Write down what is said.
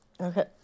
Okay